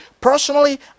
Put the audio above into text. personally